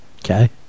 Okay